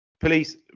Police